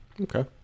Okay